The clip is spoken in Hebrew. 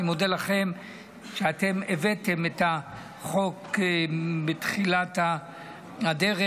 אני מודה לכם שאתם הבאתם את החוק בתחילת הדרך,